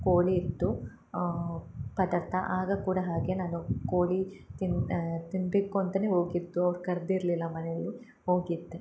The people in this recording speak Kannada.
ಕೋಳಿ ಇತ್ತು ಪದಾರ್ಥ ಆಗ ಕೂಡ ಹಾಗೆ ನಾನು ಕೋಳಿ ತಿನ್ ತಿನ್ಬೇಕು ಅಂತನೇ ಹೋಗಿದ್ದು ಅವ್ರು ಕರ್ದಿರಲಿಲ್ಲ ಮನೆಯವರು ಹೋಗಿದ್ದೆ